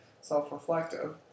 self-reflective